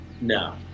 No